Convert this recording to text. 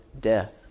death